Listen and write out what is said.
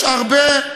יש הרבה,